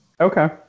Okay